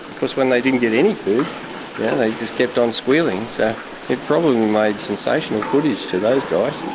course when they didn't get any food they just kept on squealing. so it probably made sensational footage to those guys.